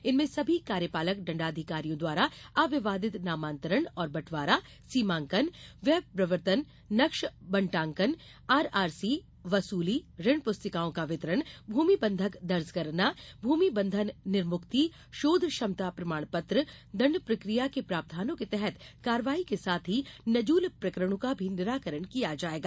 इनमें सभी कार्यपालक दंडाधिकारियों द्वारा अविवादित नामांतरण और बँटवारा सीमांकन व्यपवर्तन नक्श बटांकन आरआरसी वसूली ऋण प्रस्तिकाओं का वितरण भूमि बंधक दर्ज करना भूमि बंधन निर्मुक्ति शोध क्षमता प्रमाण पत्र दंड प्रक्रिया के प्रावधानों के तहत कार्रवाई के साथ ही नजूल प्रकरणों का भी निराकरण किया जाएगा